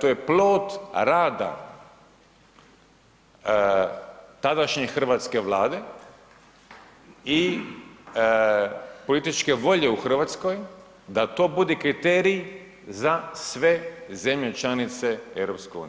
to je plod rada tadašnje hrvatske vlade i političke volje u Hrvatskoj da to bude kriterij za sve zemlje članice EU.